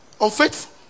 Unfaithful